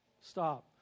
Stop